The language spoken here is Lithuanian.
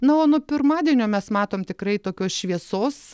na o nuo pirmadienio mes matom tikrai tokios šviesos